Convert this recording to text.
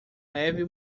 leve